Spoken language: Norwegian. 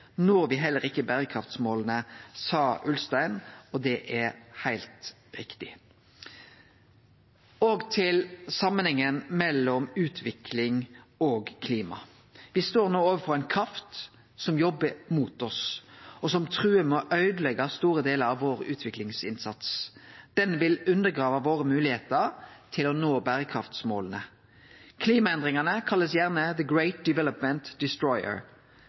når me heller ikkje berekraftsmåla, sa Ulstein – og det er heilt rett. Til samanhengen mellom utvikling og klima: Me står no overfor ei kraft som jobbar mot oss, som trugar med å øydeleggje store delar av utviklingsinnsatsen vår, og som vil undergrave moglegheitene våre til å nå berekraftsmåla. Klimaendringane blir gjerne